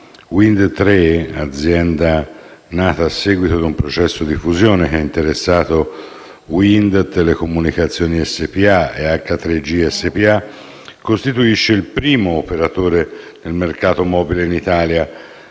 Wind Tre, azienda nata a seguito di un processo di fusione che ha interessato Wind Telecomunicazioni SpA e H3G SpA, costituisce il primo operatore nel mercato mobile in Italia,